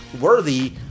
worthy